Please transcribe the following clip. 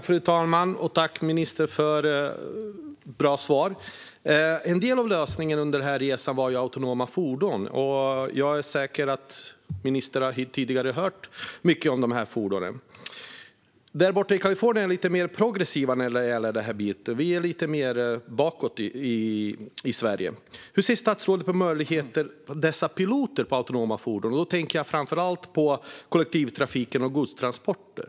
Fru talman! Tack, ministern, för bra svar! En del av lösningen som vi såg under denna resa var autonoma fordon. Jag är säker på att ministern har hört mycket om dessa fordon. Där borta i Kalifornien var man lite mer progressiv när det gäller den biten. Vi ligger lite efter i Sverige. Hur ser statsrådet på möjligheter till pilotprojekt i fråga om autonoma fordon? Då tänker jag framför allt på kollektivtrafiken och på godstransporter.